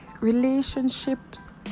relationships